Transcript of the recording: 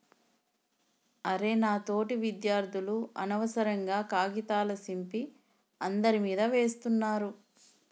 అరె నా తోటి విద్యార్థులు అనవసరంగా కాగితాల సింపి అందరి మీదా వేస్తున్నారు